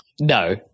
No